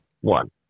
one